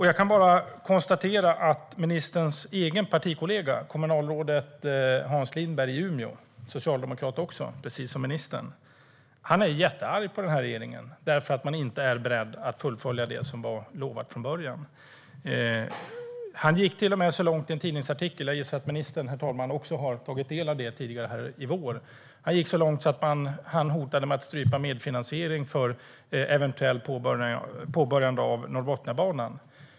Jag kan bara konstatera att ministerns egen partikollega, kommunalrådet Hans Lindberg i Umeå - han är socialdemokrat precis som ministern - är jättearg på regeringen för att den inte är beredd att fullfölja det som lovades från början. Han gick till och med så långt att han i en tidningsartikel - jag gissar att ministern också tog del av den tidigare i vår, herr talman - hotade med att strypa medfinansieringen till ett eventuellt påbörjande av Norrbotniabanan.